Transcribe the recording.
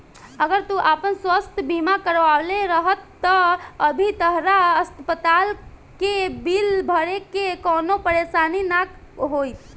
अगर तू आपन स्वास्थ बीमा करवले रहत त अभी तहरा अस्पताल के बिल भरे में कवनो परेशानी ना होईत